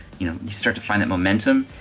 you know you start to find that momentum,